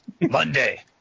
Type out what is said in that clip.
Monday